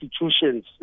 institutions